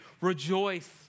rejoice